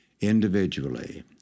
individually